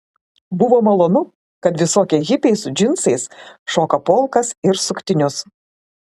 buvo malonu kad visokie hipiai su džinsais šoka polkas ir suktinius